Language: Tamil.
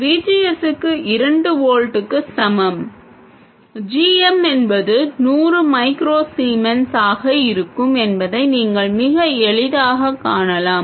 V G Sக்கு இரண்டு வோல்ட்டுக்கு சமம் g m என்பது நூறு மைக்ரோ சீமென்ஸ் ஆக இருக்கும் என்பதை நீங்கள் மிக எளிதாகக் காணலாம்